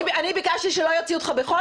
אני ביקשתי שלא יוציאו אותך בכוח,